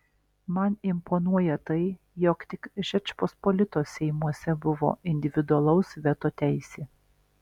man imponuoja tai jog tik žečpospolitos seimuose buvo individualaus veto teisė